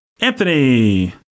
Anthony